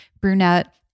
brunette